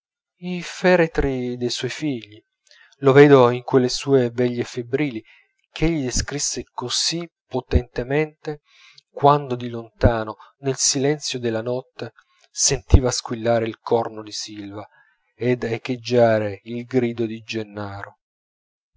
i feretri dei suoi figli lo vedo in quelle sue veglie febbrili ch'egli descrisse così potentemente quando di lontano nel silenzio della notte sentiva squillare il corno di silva ed echeggiare il grido di gennaro